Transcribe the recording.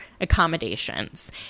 accommodations